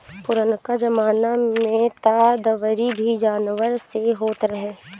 पुरनका जमाना में तअ दवरी भी जानवर से होत रहे